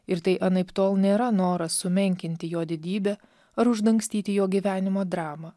ir tai anaiptol nėra noras sumenkinti jo didybę ar uždangstyti jo gyvenimo dramą